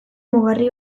mugarri